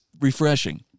refreshing